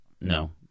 No